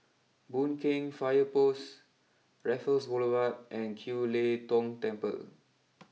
Boon Keng fire post Raffles Boulevard and Kiew Lee Tong Temple